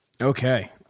Okay